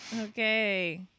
Okay